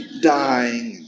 dying